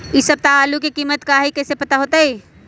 इ सप्ताह में आलू के कीमत का है कईसे पता होई?